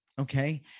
Okay